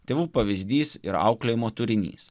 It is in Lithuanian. tėvų pavyzdys ir auklėjimo turinys